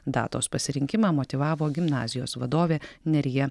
datos pasirinkimą motyvavo gimnazijos vadovė nerija